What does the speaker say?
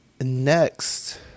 Next